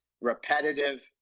repetitive